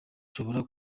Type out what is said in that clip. nshobora